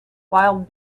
wild